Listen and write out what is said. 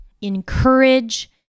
encourage